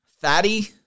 Fatty